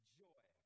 joy